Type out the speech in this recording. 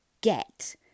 get